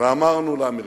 ואמרנו לאמריקנים,